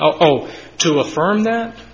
oh to affirm that